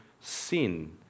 sin